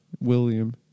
William